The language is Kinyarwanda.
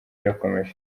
irakomeje